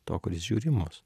to kuris žiūri į mus